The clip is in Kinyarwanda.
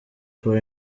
for